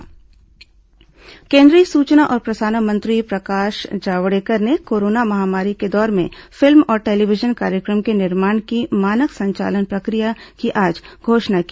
Javadekar film television केंद्रीय सूचना और प्रसारण मंत्री प्रकाश जावड़ेकर ने कोरोना महामारी के दौर में फिल्म और टेलीविजन कार्यक्रमों के निर्माण की मानक संचालन प्रक्रिया की आज घोषणा की